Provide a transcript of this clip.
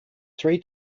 three